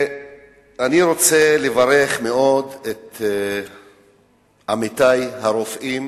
אני רוצה לברך את עמיתי הרופאים,